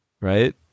right